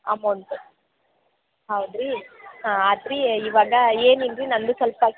amount ಹೌದು ರೀ ಹಾಂ ಆತ್ರಿ ಇವಾಗ ಏನು ಇಲ್ಲರಿ ನನ್ನದು ಸ್ವಲ್ಪ ಕೆ